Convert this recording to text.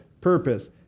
purpose